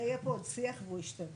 הרי יהיה פה עוד שיח והוא ישתנה.